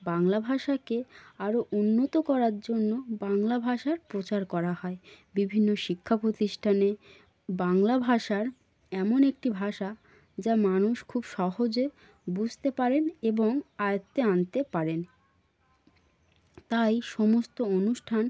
বাংলা ভাষাকে আরও উন্নত করার জন্য বাংলা ভাষার প্রচার করা হয় বিভিন্ন শিক্ষা প্রতিষ্ঠানে বাংলা ভাষার এমন একটি ভাষা যা মানুষ খুব সহজে বুঝতে পারেন এবং আয়ত্তে আনতে পারেন তাই সমস্ত অনুষ্ঠান